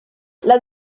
las